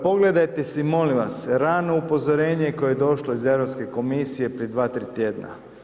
Pogledajte si molim vas rano upozorenje koje je došlo iz Europske komisije prije dva, tri tjedna.